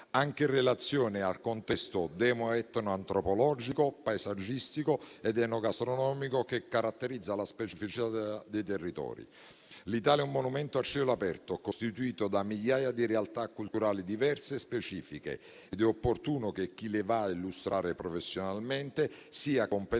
anche in relazione al contesto demo-etno-antropologico, paesaggistico ed enogastronomico che caratterizza la specificità dei territori. L'Italia è un monumento a cielo aperto, costituito da migliaia di realtà culturali diverse e specifiche ed è opportuno che chi le va a illustrare professionalmente sia competente